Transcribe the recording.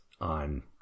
on